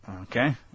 Okay